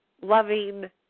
loving